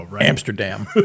Amsterdam